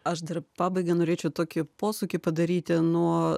aš dar pabaigai norėčiau tokį posūkį padaryti nuo